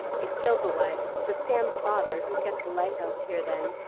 it killed the wife but sam's father, who kept the lighthouse here then,